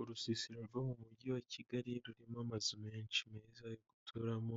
Urusisiro rwo mu mujyi wa kigali rurimo amazu menshi meza yo guturamo,